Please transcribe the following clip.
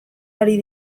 ari